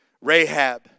Rahab